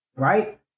Right